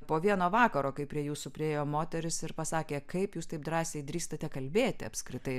po vieno vakaro kai prie jūsų priėjo moteris ir pasakė kaip jūs taip drąsiai drįstate kalbėti apskritai